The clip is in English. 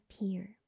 appear